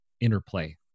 interplay